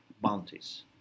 bounties